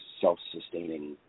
self-sustaining